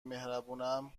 مهربونم